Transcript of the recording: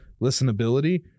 listenability